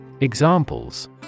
Examples